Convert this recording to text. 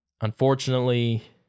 unfortunately